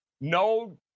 No